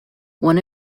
one